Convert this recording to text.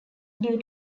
due